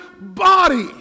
body